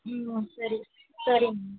ம் ம் சரி சரி மேம்